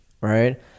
right